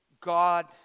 God